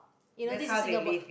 you know this is singapore